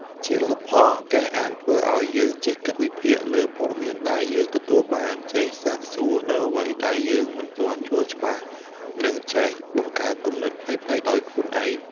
ជាលទ្ធផល ការអានធ្វើឱ្យយើងចេះគិតវិភាគ លើព័ត៌មានដែលយើងទទួលបាន ចេះ សាកសួរ នូវអ្វីដែលយើងមិនទាន់យល់ច្បាស់ និងចេះ បង្កើតគំនិតប្លែកៗដោយខ្លួនឯង។